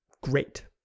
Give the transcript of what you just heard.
Great